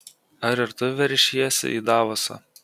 ar ir tu veršiesi į davosą